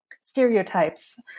stereotypes